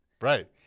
Right